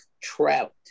Trout